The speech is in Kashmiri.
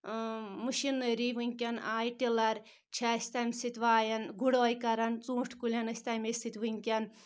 مٔشیٖنٲری وٕنکؠن آیہِ ٹِلر چھِ اَسہِ تَمہِ سۭتۍ وایان گُڑٲے کَران ژوٗنٛٹھۍ کُلؠن أسۍ تَمٕے سۭتۍ وٕنکؠن